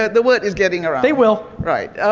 the word is getting around. they will. right.